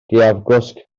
gaeafgwsg